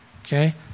okay